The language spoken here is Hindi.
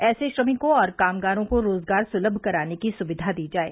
ऐसे श्रमिकों और कामगारों को रोजगार सुलभ कराने की सुविधा दी जाये